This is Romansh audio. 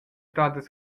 stadas